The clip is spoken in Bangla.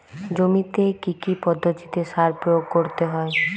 জমিতে কী কী পদ্ধতিতে সার প্রয়োগ করতে হয়?